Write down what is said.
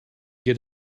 get